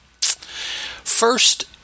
First